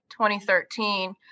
2013